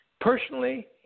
Personally